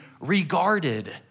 regarded